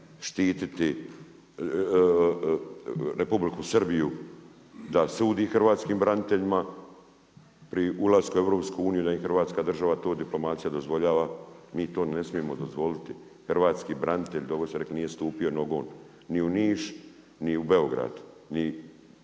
štititi Republiku Srbiju, da sudi hrvatskim braniteljima, pri ulasku u EU, da im Hrvatska država, to diplomacija dozvoljava, mi to ne smijemo dozvoliti. Hrvatski branitelj, dobro ste rekli nije stupo nogom ni u Niš ni u Beograd, ni